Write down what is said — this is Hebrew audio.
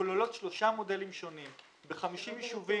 שכוללות שלושה מודלים שונים ב-50 יישובים,